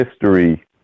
history